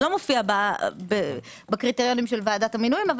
זה לא מופיע בקריטריונים של ועדת המינויים אבל